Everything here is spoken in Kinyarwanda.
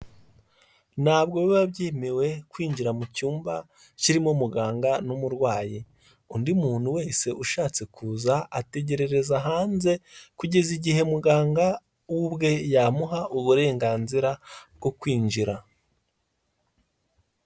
Ntabwo biba byemewe kwinjira mu cyumba kirimo muganga n'umurwayi, undi muntu wese ushatse kuza ategerereza hanze kugeza igihe muganga ubwe yamuha uburenganzira bwo kwinjira.